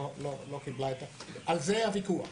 על זה הוויכוח,